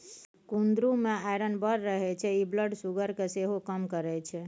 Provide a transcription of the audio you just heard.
कुंदरु मे आइरन बड़ रहय छै इ ब्लड सुगर केँ सेहो कम करय छै